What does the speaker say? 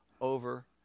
over